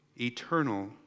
eternal